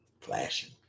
flashing